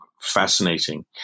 fascinating